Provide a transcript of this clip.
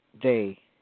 day